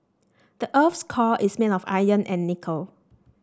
the earth's core is made of iron and nickel